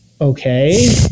okay